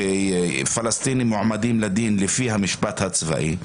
ופלסטינים מועמדים לדין לפי המשפט הצבאי,